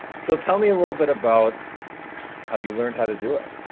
so tell me a little bit about how you learned how to do it.